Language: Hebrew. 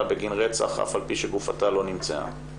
בגין רצח אף על פי שגופתה לא נמצאה.